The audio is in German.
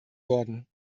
worden